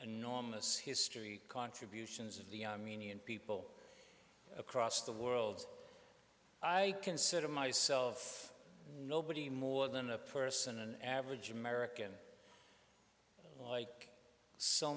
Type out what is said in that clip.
enormous history contributions of the union people across the world i consider myself nobody more than a person an average american like so